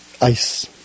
ice